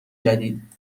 جدید